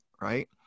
right